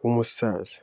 w'umusaza.